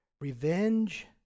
revenge